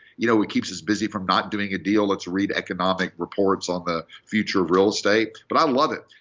you know it keeps us busy from not doing a deal. let's read economic reports on the future of real estate. but i love it.